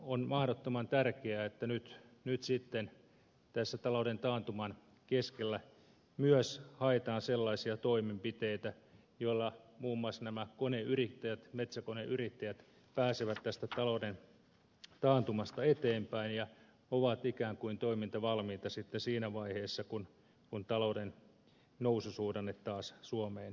on mahdottoman tärkeää että nyt sitten tässä talouden taantuman keskellä myös haetaan sellaisia toimenpiteitä joilla muun muassa nämä koneyrittäjät metsäkoneyrittäjät pääsevät tästä talouden taantumasta eteenpäin ja ovat ikään kuin toimintavalmiita sitten siinä vaiheessa kun talouden noususuhdanne taas suomeen tulee